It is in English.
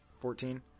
Fourteen